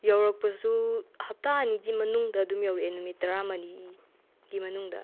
ꯌꯧꯔꯛꯄꯁꯨ ꯍꯞꯇꯥ ꯑꯅꯤꯒꯤ ꯃꯅꯨꯡꯗ ꯑꯗꯨꯝ ꯌꯧꯔꯛꯑꯦ ꯅꯨꯃꯤꯠ ꯇꯥꯔꯃꯔꯤꯒꯤ ꯃꯅꯨꯡꯗ